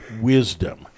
wisdom